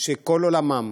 שכל עולמם